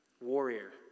warrior